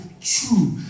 true